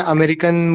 American